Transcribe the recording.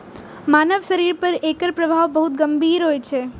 मानव शरीर पर एकर प्रभाव बहुत गंभीर होइ छै